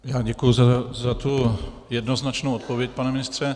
Já děkuji za jednoznačnou odpověď, pane ministře.